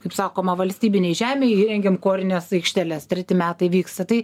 kaip sakoma valstybinėj žemėj įrengėm korines aikšteles treti metai vyksta tai